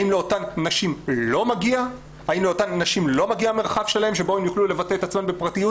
האם לאותן נשים לא מגיע מרחב שלהן שבו הן יוכלו לבטא את עצמן בפרטיות?